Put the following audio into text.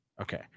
Okay